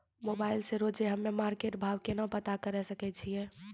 Mobile से रोजे हम्मे मार्केट भाव केना पता करे सकय छियै?